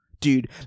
dude